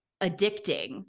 addicting